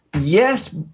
yes